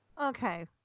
Okay